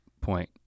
point